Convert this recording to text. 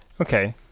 Okay